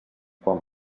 quan